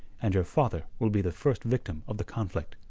and your father will be the first victim of the conflict.